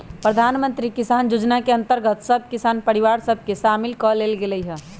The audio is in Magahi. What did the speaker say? प्रधानमंत्री किसान जोजना के अंतर्गत सभ किसान परिवार सभ के सामिल क् लेल गेलइ ह